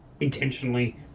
intentionally